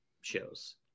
shows